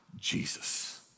Jesus